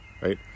Right